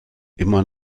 immer